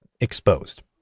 exposed